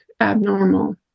abnormal